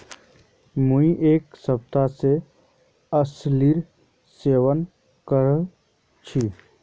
मुई एक हफ्ता स अलसीर सेवन कर छि